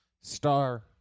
star